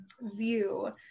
view